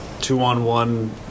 two-on-one